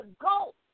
go